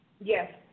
Yes